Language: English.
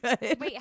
Wait